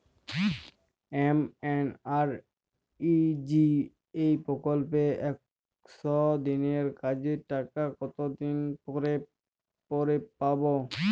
MNREGA প্রকল্পে একশ দিনের কাজের টাকা কতদিন পরে পরে পাব?